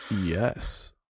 Yes